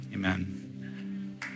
Amen